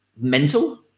Mental